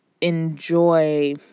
enjoy